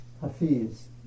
Hafiz